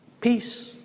Peace